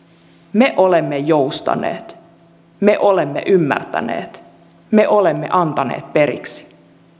me olemme joustaneet me olemme ymmärtäneet me olemme antaneet periksi